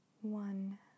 one